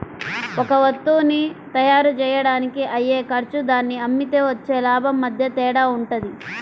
ఒక వత్తువుని తయ్యారుజెయ్యడానికి అయ్యే ఖర్చు దాన్ని అమ్మితే వచ్చే లాభం మధ్య తేడా వుంటది